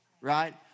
right